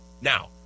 Now